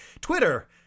Twitter